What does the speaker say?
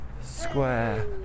square